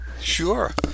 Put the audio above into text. Sure